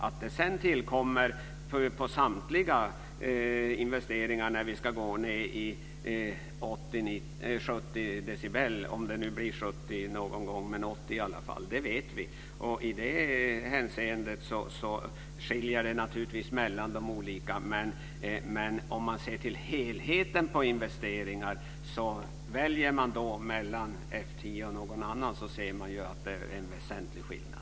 Att det sedan på samtliga tillkommer investeringar när vi ska ned till 70 decibel - om det nu någon gång blir fråga om 70, i alla fall 80 - vet vi. I det hänseendet skiljer det naturligtvis mellan de olika investeringarna. Men sett till investeringarna som helhet, om valet står mellan F 10 och någon annan flottilj, är det en väsentlig skillnad.